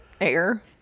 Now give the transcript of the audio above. Air